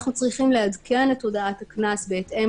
אנחנו צריכים לעדכן את הודעת הקנס בהתאם